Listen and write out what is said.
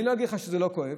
אני לא אגיד לך שזה לא כואב,